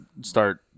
start